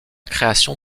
création